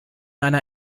einer